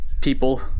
people